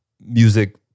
music